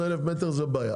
פחות מ-1,000 מטר זה בעיה,